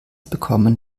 bekommen